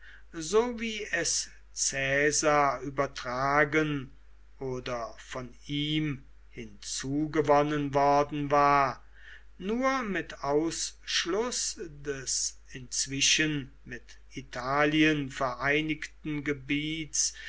so wie es caesar übertragen oder von ihm hinzugewonnen worden war nur mit ausschluß des inzwischen mit italien vereinigten gebiets